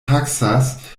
taksas